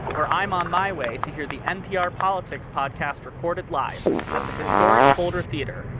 where i'm on my way to hear the npr politics podcast recorded live at the historic boulder theater,